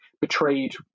betrayed